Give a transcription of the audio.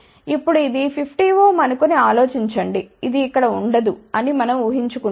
ఇప్పుడుఇది 50Ω అనుకొని ఆలోచించండిఇది ఇక్కడ ఉండదు అని మనం ఊహించుకుంటున్నం